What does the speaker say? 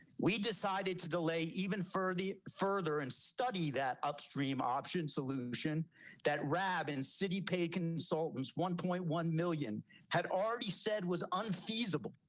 we decided to delay even further, further and study that upstream option solution that rabid and city paid consultants one point one million had already said was unfeasible